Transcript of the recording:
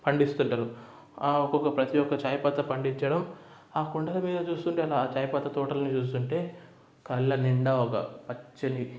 పండిస్తుంటారు ఆ ఒక్కొక్క ప్రతి ఒక్క ఛాయ్ పత్తా పండించడం ఆ కొండల మీద చూస్తుంటే ఆ ఛాయ్ పత్తా తోటలను చూస్తుంటే కళ్ళ నిండా ఒక పచ్చని